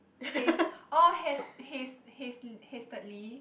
haste or has haste haste hastily